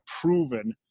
proven